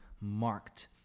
marked